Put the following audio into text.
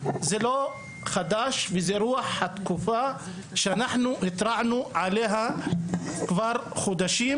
זה לא חדש וזה רוח התקופה שאנחנו התרענו עליה כבר חודשים,